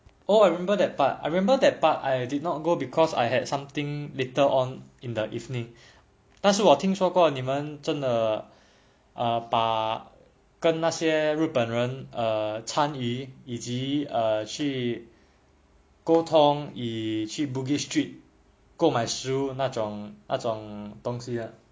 oh I remember that part I remember that part I did not go because I had something later on in the evening 但是我听说过你们真的把跟那些日本人参与以及去沟通以去 Bugis street 购买食物那种那种东西 lah